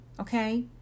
okay